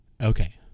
Okay